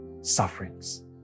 sufferings